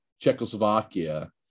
czechoslovakia